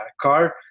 car